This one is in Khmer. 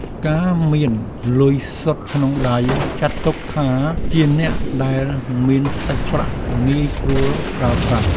ការមានលុយសុទ្ធក្នុងដៃ ចាត់ទុកថាជាអ្នកដែលមានសាច់ប្រាក់ងាយស្រួលប្រើប្រាស់។